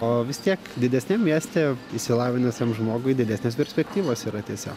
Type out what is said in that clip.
o vis tiek didesniam mieste išsilavinusiam žmogui didesnės perspektyvos yra tiesiog